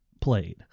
played